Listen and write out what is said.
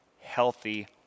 healthy